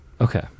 Okay